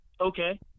Okay